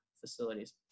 facilities